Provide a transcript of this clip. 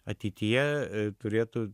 ateityje turėtų